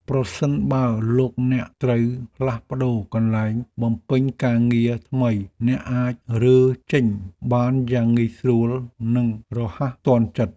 ប្រសិនបើលោកអ្នកត្រូវផ្លាស់ប្តូរកន្លែងបំពេញការងារថ្មី អ្នកអាចរើចេញបានយ៉ាងងាយស្រួលនិងរហ័សទាន់ចិត្ត។